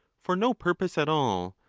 for no purpose at all,